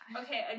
okay